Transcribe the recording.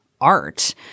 art